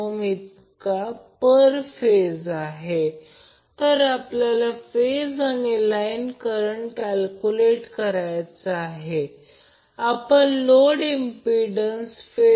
आणि Vab √3 मग तो 100 अँगल Van 100 अँगल 10° आहे म्हणून √ 300 अँगल 10 30